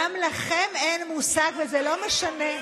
גם לכם אין מושג, וזה לא משנה,